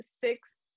six